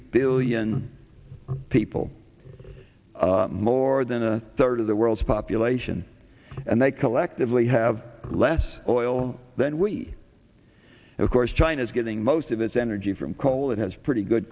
billion people more than a third of the world's population and they collectively have less oil than we of course china is getting most of its energy from coal it has pretty good